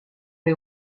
les